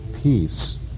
peace